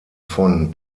von